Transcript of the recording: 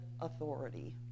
authority